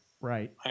Right